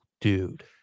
Dude